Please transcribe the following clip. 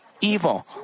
evil